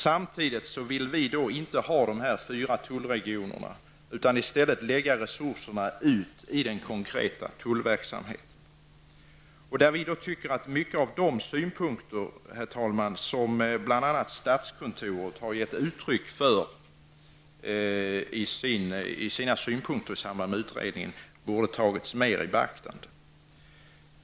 Vi vill inte ha fyra tullregioner. Vi tycker att resurserna skall användas i den konkreta tullverksamheten. Många av de synpunkter som bl.a. statskontoret gav uttryck för i samband med utredningen borde ha beaktats mera.